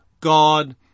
God